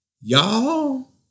y'all